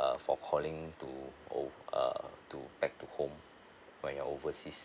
err for calling to o~ err to back to home when you're overseas